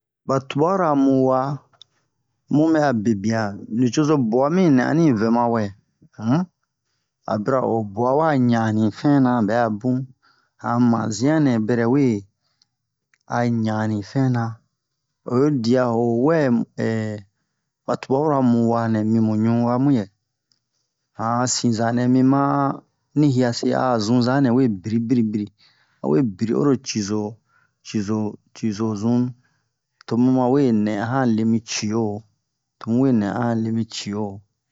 Ba tubara mu wa mu bɛ'a bebian nucozo bwa mi nɛ ani vɛ ma wɛ um a bira o bwa wa ɲani vɛna bɛ'a bun han mazian nɛ bɛrɛ we a ɲani fɛna oyi dia ho wɛ ba tubabura mu wa nɛ mimu ɲuwa muyɛ han a sizanɛ mi ma ni hiase a'a zunzanɛ we biri biri biri a we biri oro cizo cizo cizo zunu to mu mawe nɛ a han le mi cio to mu we nɛ a han le mi cio